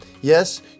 Yes